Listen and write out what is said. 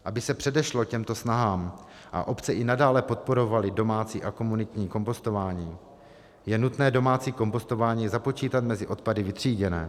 Aby se předešlo těmto snahám a obce i nadále podporovaly domácí a komunitní kompostování, je nutné domácí kompostování započítat mezi odpady vytříděné.